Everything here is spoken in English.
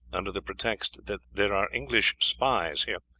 under the pretext that there are english spies here,